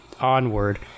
onward